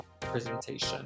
presentation